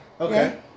Okay